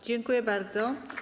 Dziękuję bardzo.